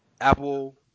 Apple